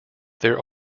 there